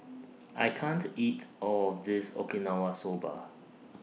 I can't eat All of This Okinawa Soba